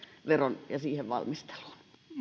veroon ja siihen valmisteluun